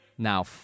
Now